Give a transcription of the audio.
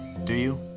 do you?